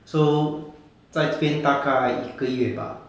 so 在这边大概一个月吧